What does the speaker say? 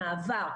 המעבר,